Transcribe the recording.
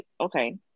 okay